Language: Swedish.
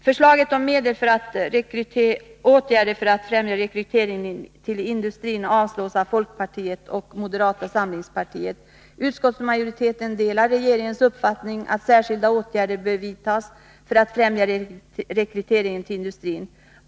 Förslaget om medel till åtgärder för att främja rekrytering till industrin avstyrks av folkpartiet och moderata samlingspartiet. Utskottets majoritet delar regeringens uppfattning att särskilda åtgärder bör vidtas för att främja rekrytering till industrin.